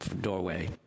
doorway